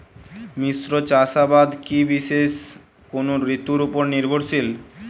মিশ্র চাষাবাদ কি বিশেষ কোনো ঋতুর ওপর নির্ভরশীল?